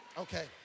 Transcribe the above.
Okay